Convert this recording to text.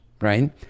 right